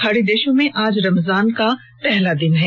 खाड़ी देशों में आज रमजान का पहला दिन है